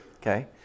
Okay